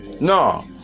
No